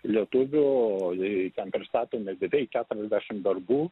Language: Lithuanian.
lietuvių o jei ten pristatomi beveik keturiasdešim darbų